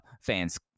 fans